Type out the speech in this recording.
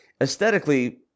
aesthetically